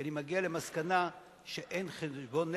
כי אני מגיע למסקנה שאין חשבון נפש,